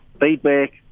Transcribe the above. feedback